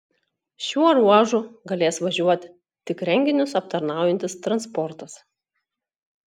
šiuo ruožu galės važiuoti tik renginius aptarnaujantis transportas